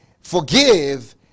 forgive